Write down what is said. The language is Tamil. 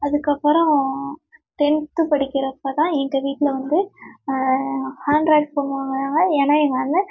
அதுக்கப்புறோம் டென்த்து படிக்கிறப்ப தான் எங்கள் வீட்டில் வந்து ஆண்ட்ராய்ட் ஃபோன் வாங்கினாங்க ஏனால் எங்கள் அண்ணன்